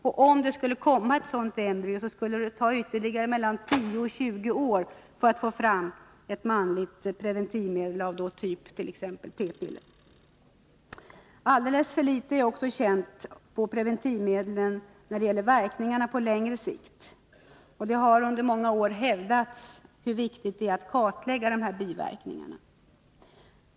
Och om det skulle komma ett sådant, skulle det ta ytterligare 10-20 år för att få fram ett manligt preventivmedel av typ p-piller. Alltför litet är känt när det gäller preventivmedlens verkningar på längre sikt, och det har under många år hävdats hur viktigt det är att kartlägga dessa biverkningar.